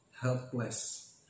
helpless